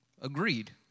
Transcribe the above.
agreed